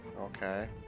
Okay